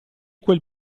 quel